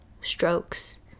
strokes